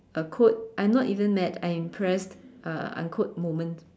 uh quote I'm not even mad I am impressed uh unquote moment